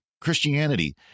Christianity